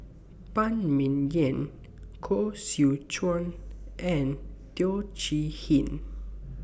Phan Ming Yen Koh Seow Chuan and Teo Chee Hean